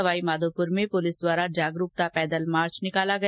सवाईमाधोपुर में पुलिस द्वारा जागरूकता पैदल मार्च निकाला गया